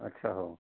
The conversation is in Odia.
ଆଚ୍ଛା ହଉ